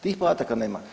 Tih podataka nema.